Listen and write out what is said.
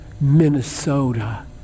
Minnesota